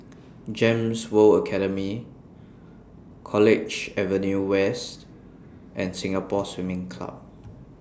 Gems World Academy College Avenue West and Singapore Swimming Club